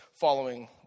following